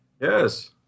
Yes